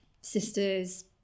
sisters